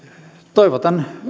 toivotan